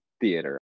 theater